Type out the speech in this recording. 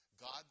God